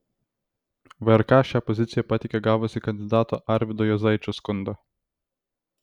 vrk šią poziciją pateikė gavusi kandidato arvydo juozaičio skundą